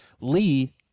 Lee